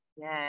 Yes